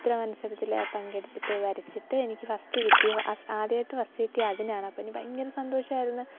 ചിത്ര മത്സരത്തിൽ പങ്കെടുത്തിട്ട് വരച്ചിട്ടെനിക്ക് ഫസ്റ്റ് കിട്ടി ആദ്യമായിട്ട് ഫസ്റ്റ് കിട്ടിയത് അതിനാണ് അപ്പം എനിക്ക് ഭയങ്കര സന്തോഷമായിരുന്നു